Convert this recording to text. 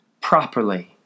properly